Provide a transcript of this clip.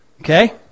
Okay